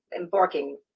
embarking